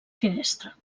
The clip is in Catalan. finestra